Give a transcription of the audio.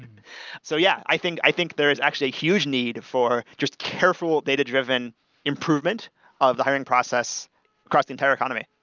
so yeah, i think i think there is actually a huge need for just careful data-driven improvement of the hiring process across the entire company.